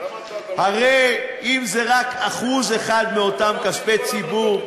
הרי אם זה רק 1% מאותם כספי ציבור,